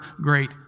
great